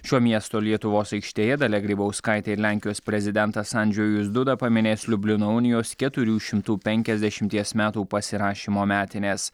šio miesto lietuvos aikštėje dalia grybauskaitė ir lenkijos prezidentas andžejus duda paminės liublino unijos keturių šimtų penkiasdešimties metų pasirašymo metines